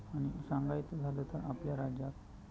आणि सांगायचं झालं तर आपल्या राज्यात